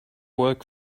work